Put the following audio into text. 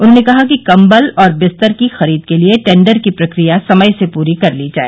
उन्होंने कहा कम्बल और विस्तर की खरीद के लिए टेण्डर की प्रक्रिया समय से पूरी कर ली जाय